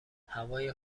هوای